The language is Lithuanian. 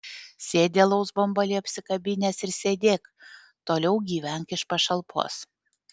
sėdi alaus bambalį apsikabinęs ir sėdėk toliau gyvenk iš pašalpos